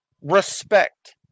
respect